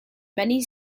many